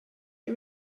you